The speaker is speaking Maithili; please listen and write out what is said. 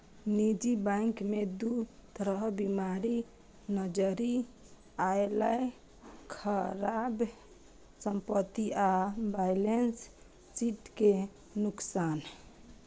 निजी बैंक मे दू तरह बीमारी नजरि अयलै, खराब संपत्ति आ बैलेंस शीट के नुकसान